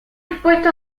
dispuesto